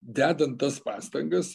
dedant tas pastangas